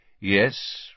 Yes